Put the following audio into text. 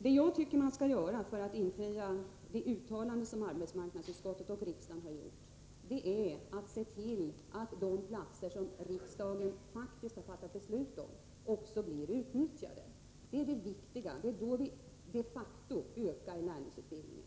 Det jag tycker att man skall göra för att infria det uttalande som arbetsmarknadsutskottet i riksdagen har gjort är att se till att de platser som riksdagen faktiskt har fattat beslut om också blir utnyttjade. Det är det viktiga. Det är då vi de facto ökar lärlingsutbildningen.